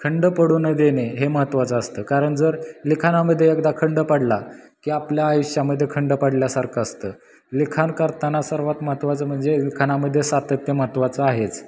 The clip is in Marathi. खंड पडू न देणे हे महत्त्वाचं असतं कारण जर लिखाणामध्ये एकदा खंड पडला की आपल्या आयुष्यामध्ये खंड पडल्यासारखं असतं लिखाण करताना सर्वात महत्वाचं म्हणजे लिखाणामध्ये सातत्य महत्वाचं आहेच